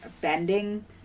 bending